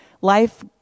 life